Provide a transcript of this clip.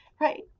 right